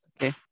okay